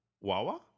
Wawa